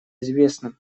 известна